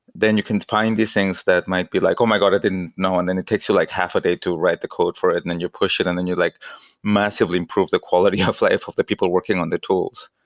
then you can find these things that might be like, oh my god! i didn't know, and then it takes you like half a day to write the code for it and then you push it and then you like massively improve the quality of life of the people working on the tools.